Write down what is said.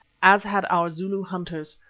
as had our zulu hunters.